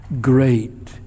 great